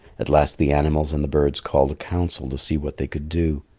at last the animals and the birds called a council to see what they could do.